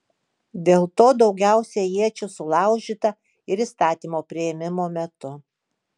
dėl to daugiausiai iečių sulaužyta ir įstatymo priėmimo metu